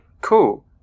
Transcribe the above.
cool